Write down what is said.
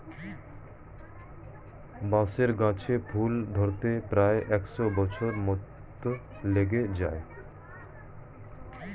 বাঁশের গাছে ফুল ধরতে প্রায় একশ বছর মত লেগে যায়